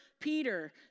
Peter